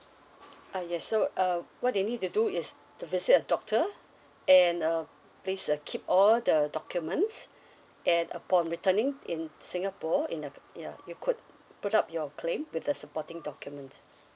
uh yes so uh what they need to do is to visit a doctor and uh please uh keep all the documents and upon returning in singapore in uh yeah you could put up your claim with the supporting documents